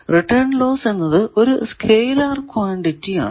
return loss എന്നത് ഒരു scalar quantity ആണ്